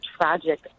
tragic